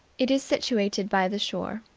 it is situated by the shore,